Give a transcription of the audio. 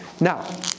Now